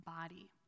body